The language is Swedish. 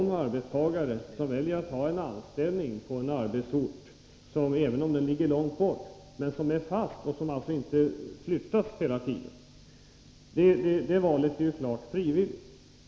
För den arbetstagare som väljer att ha en anställning på en fast arbetsplats som inte flyttas hela tiden, även om den ligger i en ort långt bort, är detta val klart frivilligt.